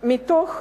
מתוך